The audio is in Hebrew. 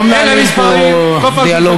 לא מנהלים פה דיאלוגים.